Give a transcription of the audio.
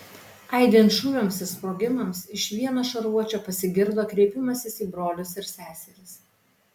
aidint šūviams ir sprogimams iš vieno šarvuočio pasigirdo kreipimasis į brolius ir seseris